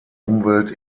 umwelt